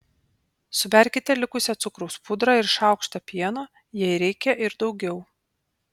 suberkite likusią cukraus pudrą ir šaukštą pieno jei reikia ir daugiau